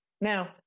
Now